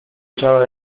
echaba